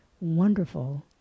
wonderful